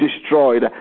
destroyed